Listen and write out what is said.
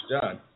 done